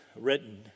written